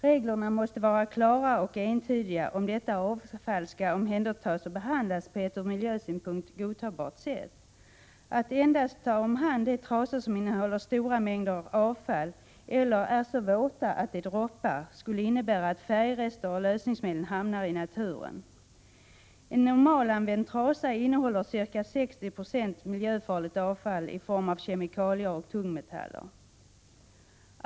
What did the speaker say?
Reglerna måste vara klara och entydiga, om detta avfall skall omhändertas och behandlas på ett från miljösynpunkt godtagbart sätt. Att endast ta hand om de trasor som innehåller stora mängder avfall eller är så våta att de droppar skulle innebära att färgrester och lösningsmedel hamnar i naturen. En normalanvänd trasa innehåller ca 60 96 miljöfarligt avfall i form av kemikalier och tungmetaller.